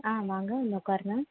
ஆ வாங்க வந்து உட்காருங்க